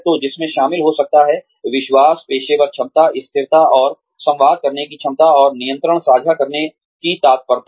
तो जिसमें शामिल हो सकता है विश्वास पेशेवर क्षमता स्थिरता और संवाद करने की क्षमता और नियंत्रण साझा करने की तत्परता